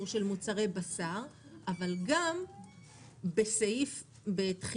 ולצערי הכרתי כמה נוכלים בחיים שלי הוא יבוא ויאמר